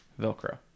Velcro